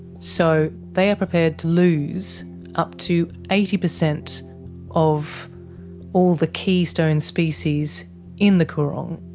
so they are prepared to lose up to eighty percent of all the keystone species in the coorong,